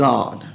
God